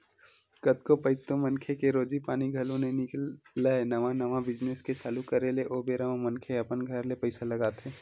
कतको पइत तो मनखे के रोजी पानी घलो नइ निकलय नवा नवा बिजनेस के चालू करे ले ओ बेरा म मनखे अपन घर ले पइसा लगाथे